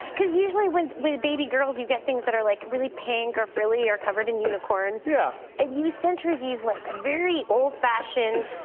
cause usually with with baby girls, you get things that are, like, really pink or frilly or covered in unicorns. yeah. and you sent her these, like, very old-fashioned,